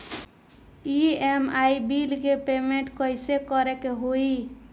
EMI bill के payment कइसे करे के होई?